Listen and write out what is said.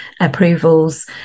approvals